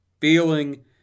feeling